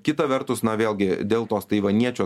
kita vertus na vėlgi dėl tos taivaniečio